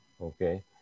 Okay